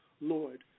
Lord